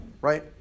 right